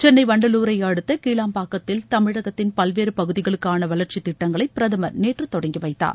சென்னை வண்டலூரை அடுத்த கிளாம்பாக்கத்தில் தமிழகத்தின் பல்வேறு பகுதிகளுக்கான வளர்ச்சித் திட்டங்களை பிரதமர் நேற்று தொடங்கி வைத்தார்